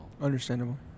understandable